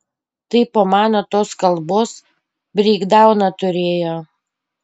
tai po mano tos kalbos breikdauną turėjo